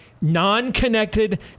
non-connected